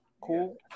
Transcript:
Cool